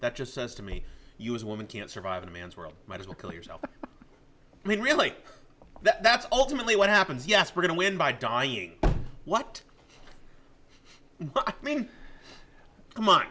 that just says to me you as a woman can't survive in a man's world might as well kill yourself i mean really that's ultimately what happens yes we're going to win by dying what i mean come on